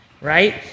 right